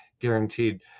guaranteed